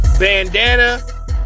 bandana